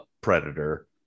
predator